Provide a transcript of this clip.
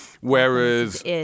whereas